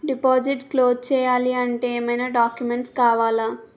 Deposit close చేయాలి అంటే ఏమైనా డాక్యుమెంట్స్ కావాలా?